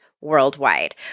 worldwide